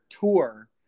tour